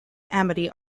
amity